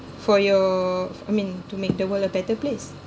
for your I mean to make the world a better place